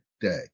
day